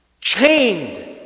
chained